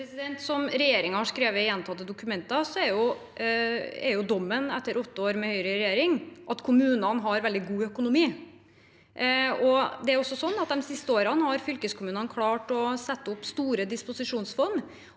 Som regjering- en har skrevet i gjentatte dokumenter, er dommen etter åtte år med Høyre i regjering at kommunene har veldig god økonomi. De siste årene har fylkeskommunene klart å sette opp store disposisjonsfond.